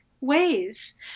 ways